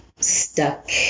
stuck